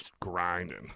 grinding